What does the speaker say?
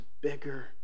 bigger